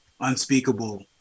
unspeakable